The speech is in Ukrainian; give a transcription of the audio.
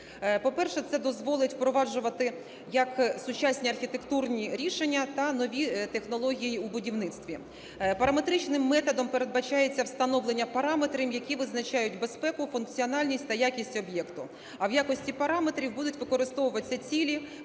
По-перше, це дозволить впроваджувати як сучасні архітектурні рішення та нові технології у будівництві. Параметричним методом передбачається встановлення параметрів, які визначають безпеку, функціональність та якість об'єкту. А в якості параметрів будуть використовуватись цілі,